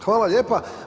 Hvala lijepa.